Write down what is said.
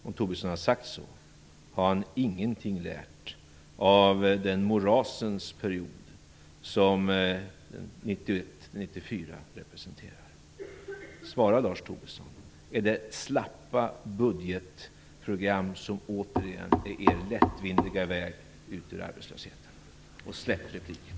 Om han har sagt så har han ingenting lärt av den morasens period som 1991-1994 representerar. Svara, Lars Tobisson: Är det slappa budgetprogram som återigen är er lättvindiga väg ut ur arbetslösheten? Släpp replikerna!